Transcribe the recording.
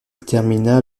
termina